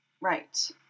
Right